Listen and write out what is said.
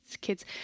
Kids